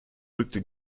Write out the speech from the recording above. rückte